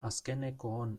azkenekoon